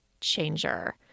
changer